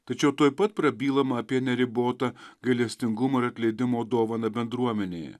tačiau tuoj pat prabylama apie neribotą gailestingumą ir atleidimo dovaną bendruomenėje